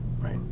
right